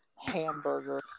hamburger